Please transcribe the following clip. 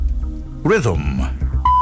Rhythm